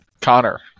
connor